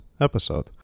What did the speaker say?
episode